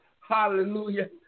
hallelujah